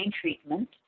treatment